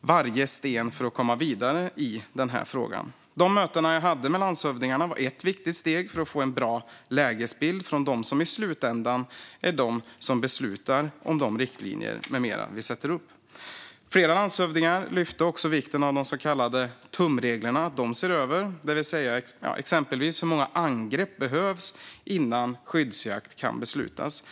varje sten för att komma vidare i denna fråga. De möten jag hade med landshövdingarna var ett viktigt steg i att få en bra lägesbild från dem som i slutändan beslutar om de riktlinjer med mera som vi sätter upp. Flera landshövdingar lyfte också fram vikten av de så kallade tumreglerna. De ser över exempelvis hur många angrepp som behövs innan skyddsjakt kan beslutas.